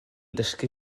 dysgu